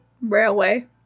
Railway